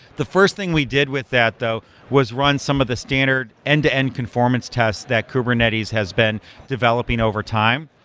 the first thing we did with that though was run some of the standard end-to-end conformance tests that kubernetes has been developing over time.